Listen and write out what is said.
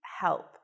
help